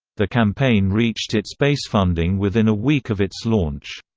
the campaign reached its base funding within a week of its launch.